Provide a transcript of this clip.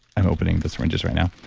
i'm opening the syringes right now.